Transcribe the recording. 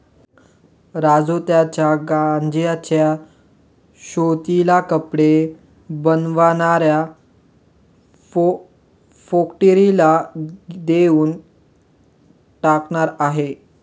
राजू त्याच्या गांज्याच्या शेतीला कपडे बनवणाऱ्या फॅक्टरीला देऊन टाकणार आहे